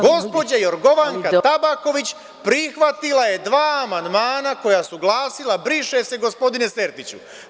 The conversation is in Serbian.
Gospođa Jorgovanka Tabaković prihvatila je dva amandmana koja su glasila „briše se“, gospodine Sertiću.